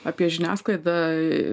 apie žiniasklaidą